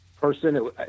person